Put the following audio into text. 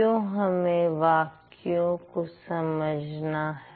क्यों हमें वाक्यों को समझना है